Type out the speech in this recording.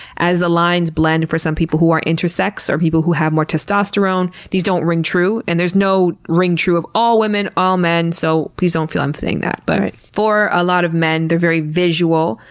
as the lines blend for some people who are intersex, or people who have more testosterone, these don't ring true. and there's no ring true of all women, all men. so, please don't feel i'm saying that. but, for a lot of men, they're very visual,